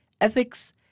ethics